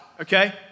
okay